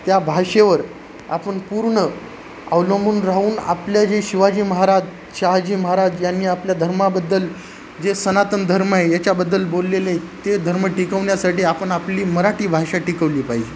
त्या भाषेवर आपण पूर्ण अवलंबून राहून आपल्या जे शिवाजी महाराज शहाजी महाराज यांनी आपल्या धर्माबद्दल जे सनातन धर्म आहे याच्याबद्दल बोललेले ते धर्म टिकवण्यासाठी आपण आपली मराठी भाषा टिकवली पाहिजे